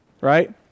Right